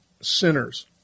sinners